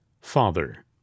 Father